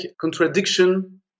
contradiction